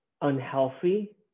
unhealthy